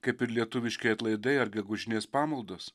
kaip ir lietuviški atlaidai ar gegužinės pamaldos